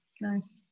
nice